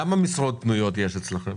כמה משרות פנויות יש אצלכם?